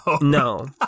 No